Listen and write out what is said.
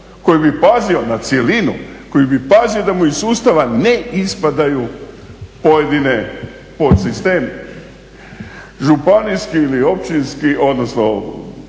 koji bi pazio na cjelinu, koji bi pazio da mu iz sustava ne ispadaju pojedine pod sistem županijski ili općinski, odnosno